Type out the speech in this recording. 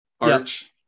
arch